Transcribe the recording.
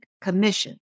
commission